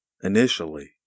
initially